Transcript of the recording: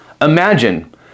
imagine